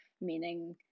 meaning